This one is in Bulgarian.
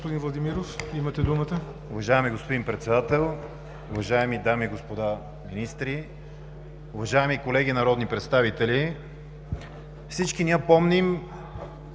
господин Владимиров. Имате думата.